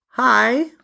Hi